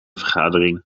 vergadering